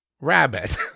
Rabbit